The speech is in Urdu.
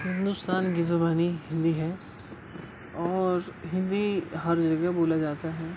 ہندوستان کی زبانیں ہندی ہے اور ہندی ہر جگہ بولا جاتا ہے